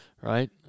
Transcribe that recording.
right